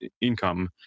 income